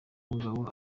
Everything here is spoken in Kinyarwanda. mugabo